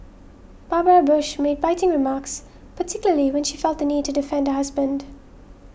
Barbara Bush made biting remarks particularly when she felt the need to defend her husband